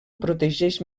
protegeix